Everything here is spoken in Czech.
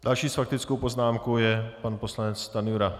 Další s faktickou poznámkou je pan poslanec Stanjura.